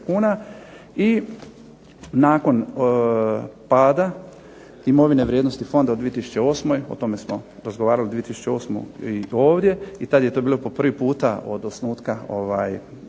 i nakon pada imovine vrijednosti fonda u 2008., o tome smo razgovarali 2008. i ovdje, i tad je to bilo po prvi puta od osnutka fonda,